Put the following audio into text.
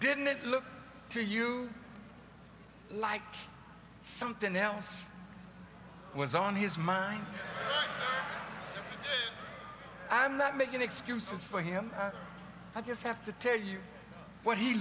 didn't look to you like something else was on his mind i'm not making excuses for him i just have to tell you what he